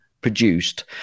produced